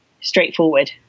straightforward